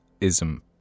ism